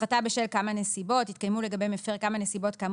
הפחתה בשל כמה נסיבות התקיימו לגבי מפר כמה נסיבות כאמור